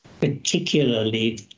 particularly